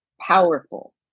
powerful